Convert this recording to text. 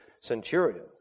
centurion